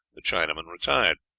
the chinaman retired.